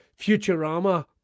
Futurama